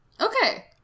Okay